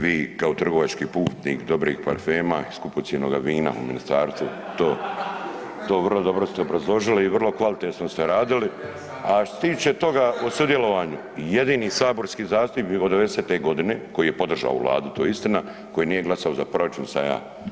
Vi kao trgovački putnik dobrih parfema i skupocjenoga vina u ministarstvu to vrlo dobro ste obrazložili i vrlo kvalitetno ste radili, a što se tiče toga o sudjelovanju jedini saborski zastupnik od '90. godine koji je podržao ovu Vladu to je istina, koji nije glasao za proračun sam ja.